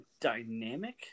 dynamic